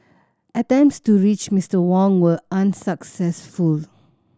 attempts to reach Mister Wang were unsuccessful